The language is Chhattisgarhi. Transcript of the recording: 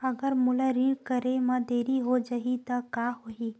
अगर मोला ऋण करे म देरी हो जाहि त का होही?